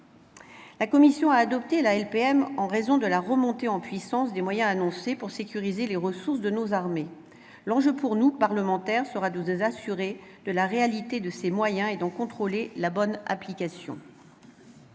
La commission a adopté la LPM en raison de la remontée en puissance des moyens annoncés pour sécuriser les ressources de nos armées. L'enjeu, pour nous, parlementaires, sera de nous assurer de la réalité de ces moyens et de contrôler la bonne application